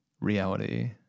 reality